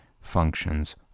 functions